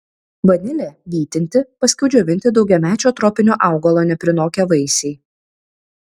vanilė vytinti paskui džiovinti daugiamečio tropinio augalo neprinokę vaisiai